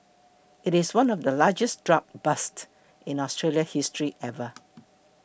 it is one of the largest drug busts in Australian history ever